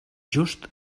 just